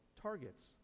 targets